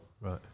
Right